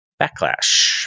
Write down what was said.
Backlash